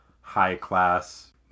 high-class